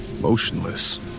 motionless